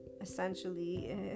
essentially